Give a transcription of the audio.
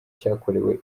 cyakorewe